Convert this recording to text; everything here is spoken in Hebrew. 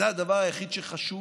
זה הדבר היחיד שחשוב,